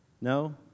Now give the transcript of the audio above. No